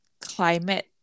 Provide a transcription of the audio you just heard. climate